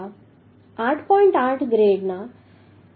8 ગ્રેડના HSFG બોલ્ટનો ઉપયોગ થાય છે